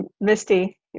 Misty